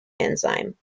enzyme